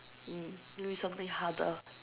mm give me something harder